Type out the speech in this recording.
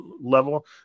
level